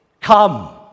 come